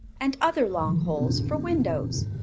and other long holes for windows,